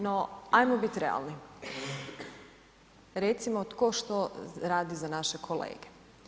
No, ajmo biti realni, recimo tko što radi za naše kolege.